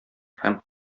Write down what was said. һәм